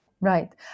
Right